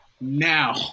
now